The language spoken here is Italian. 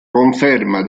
conferma